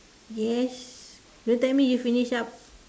yes don't tell me you finish up